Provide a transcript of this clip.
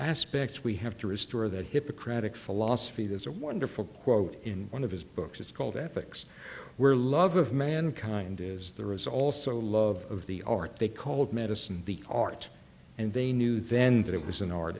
aspects we have to restore that hippocratic philosophy there's a wonderful quote in one of his books it's called ethics where love of mankind is the result so love of the art they called medicine the art and they knew then that it was an art